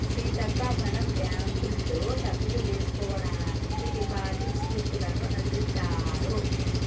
సీతక్క మనం బ్యాంకుల్లో డబ్బులు వేసుకోవడానికి డిపాజిట్ స్లిప్పులను అందిత్తారు